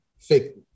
fake